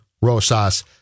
Rosas